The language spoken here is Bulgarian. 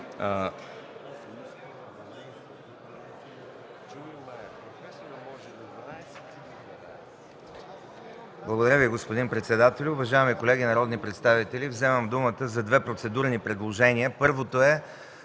Благодаря Ви, господин председателю. Уважаеми колеги народни представители, вземам думата за две процедурни предложения. Първото е